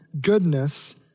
goodness